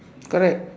correct